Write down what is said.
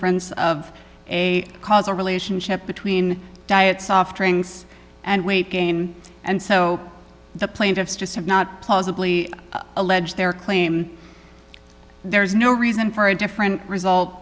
e of a causal relationship between diet soft drinks and weight gain and so the plaintiffs just have not plausibly alleged their claim there's no reason for a different result